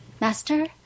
Master